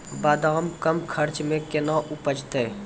बादाम कम खर्च मे कैना उपजते?